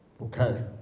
Okay